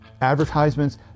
advertisements